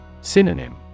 Synonym